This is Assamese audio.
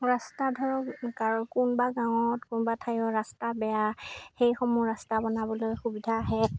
ৰাস্তা ধৰক কাৰ কোনোবা গাঁৱত কোনোবা ঠাইৰ ৰাস্তা বেয়া সেইসমূহ ৰাস্তা বনাবলৈ সুবিধা আহে